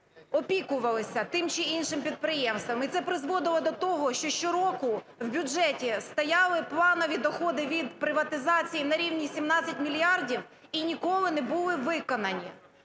опікувалися тим чи іншим підприємством, і це призводило до того, що щороку в бюджеті стояли планові доходи від приватизації на рівні 17 мільярдів і ніколи не були виконані.